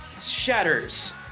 shatters